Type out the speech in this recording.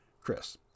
Chris